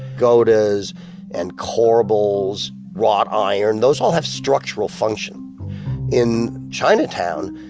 pagodas and corbels, wrought iron, those all have structural function in chinatown,